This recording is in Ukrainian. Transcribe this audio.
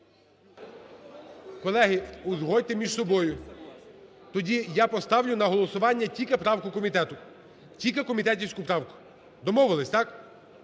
Колеги, узгодьте між собою, тоді я поставлю на голосування тільки правку комітету, тільки комітетівську правку, домовились, так,